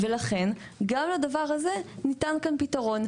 לכן, גם לדבר הזה ניתן כאן פתרון.